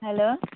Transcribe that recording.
hello